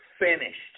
finished